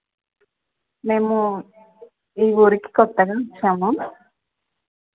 మేము ఈ ఊరికి కొత్తగా వచ్చాము